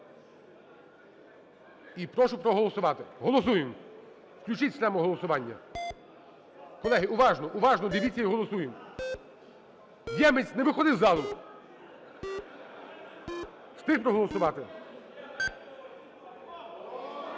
і прошу проголосувати. Голосуємо. Включіть систему голосування. Колеги, уважно, уважно дивіться, і голосуємо. Ємець, не виходь з залу! Встиг проголосувати?